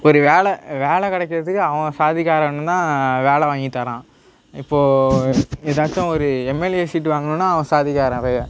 ஒரு வேலை வேலை கிடைக்கறதுக்கு அவன் சாதிக்காரன்னால் வேலை வாங்கித்தரான் இப்போது ஏதாச்சும் ஒரு எம்எல்ஏ சீட்டு வாங்கணும்னால் அவன் சாதிக்காரன் நிறைய